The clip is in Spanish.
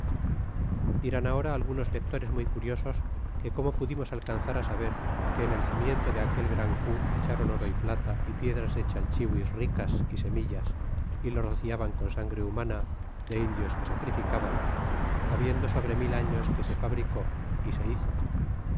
dirán ahora algunos lectores muy curiosos que como pudimos alcanzar a saber que en el cimiento de aquel gran cu echaron oro y plata é piedras de chalchihuis ricas y semillas y lo rociaban con sangre humana de indios que sacrificaban habiendo sobre mil años que se fabricó y se hizo